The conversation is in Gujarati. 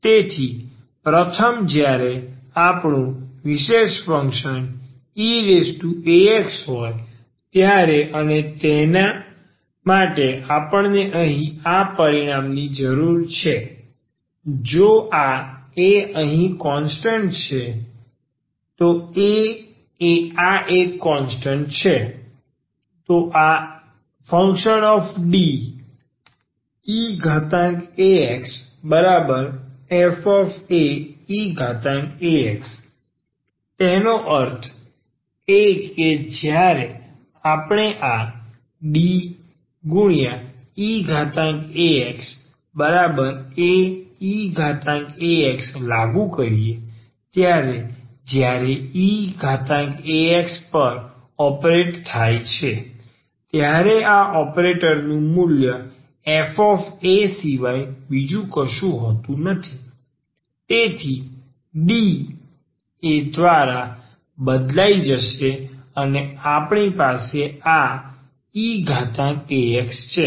તેથી પ્રથમ જ્યારે આપણું વિશેષ ફંક્શન eax હોય ત્યારે અને તેના માટે આપણને અહીં આ પરિણામની જરૂર છે જો આ એ અહીં કોન્સ્ટન્ટ છે a એ આ એક કોન્સ્ટન્ટ છે તો આ fDeaxfaeax તેનો અર્થ એ કે જ્યારે આપણે આ Deaxaeax લાગુ કરીએ ત્યારે મૂલ્ય જ્યારે eax પર ઓપરેટ થાય છે ત્યારે આ ઓપરેટર નું મૂલ્ય fa સિવાય બીજું કશું હોતું નથી તેથી D એ દ્વારા બદલાઈ જશે અને આપણી પાસે આ eax છે